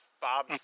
Bob